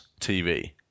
TV